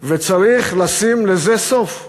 וצריך לשים לזה סוף,